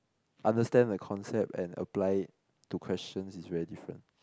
understand the concept and apply it to questions is very different